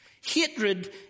Hatred